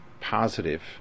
positive